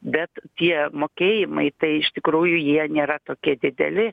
bet tie mokėjimai tai iš tikrųjų jie nėra tokie dideli